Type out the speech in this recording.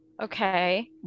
Okay